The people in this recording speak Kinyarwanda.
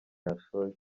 yashoye